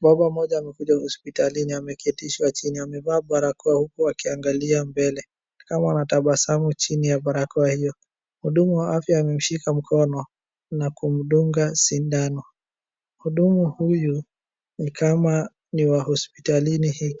Baba mmoja amekuja hospitalini, ameketishwa chini, amevaa barakoa huku akiangalia mbele. Ni kama anatabasamu chini ya barakoa hiyo, Mhudumu wa afya amemshika mkono na kumdunga sindano. Mhudumu huyu ni kama ni wa hospitali hii.